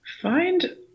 Find